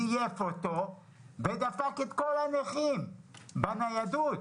זייף אותו ודפק את כל הנכים בנושא הניידות.